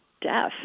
death